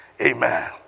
Amen